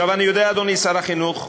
אני יודע, אדוני שר החינוך,